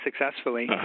successfully